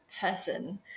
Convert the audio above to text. person